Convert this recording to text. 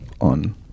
on